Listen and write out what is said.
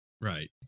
Right